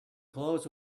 clothes